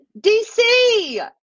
DC